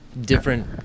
different